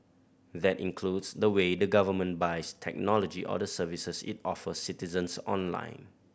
that includes the way the government buys technology or the services it offers citizens online